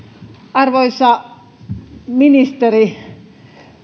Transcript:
arvoisa ministeri